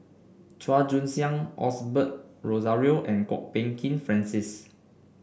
Chua Joon Siang Osbert Rozario and Kwok Peng Kin Francis